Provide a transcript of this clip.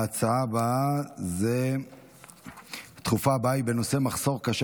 ההצעה הדחופה הבאה היא בנושא: מחסור קשה